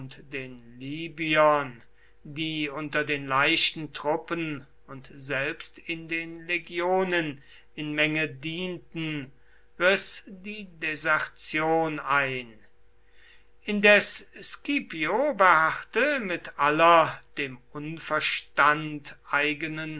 den libyern die unter den leichten truppen und selbst in den legionen in menge dienten riß die desertion ein indes scipio beharrte mit aller dem unverstand eigenen